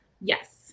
Yes